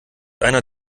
einer